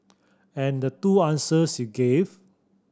and the two answers you gave